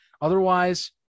Otherwise